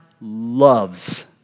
loves